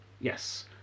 Yes